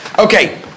Okay